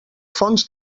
fons